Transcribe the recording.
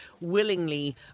willingly